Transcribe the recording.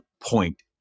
point